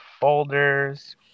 folders